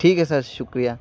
ٹھیک ہے سر شکریہ